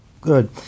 Good